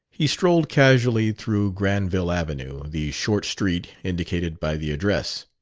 he strolled casually through granville avenue, the short street indicated by the address.